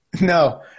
No